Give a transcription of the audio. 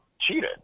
cheated